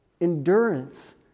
endurance